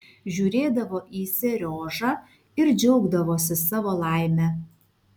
žiūrėdavo į seriožą ir džiaugdavosi savo laime